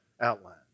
outlines